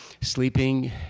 Sleeping